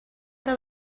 que